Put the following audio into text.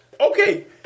Okay